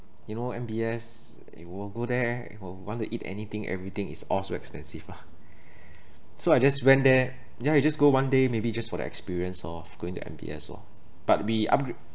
you know M_B_S it will go there want to eat anything everything is all so expensive lah so I just went there ya you just go one day maybe just for the experience of going to M_B_S lor but we upgrade